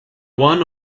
one